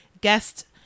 guest